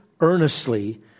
earnestly